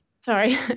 Sorry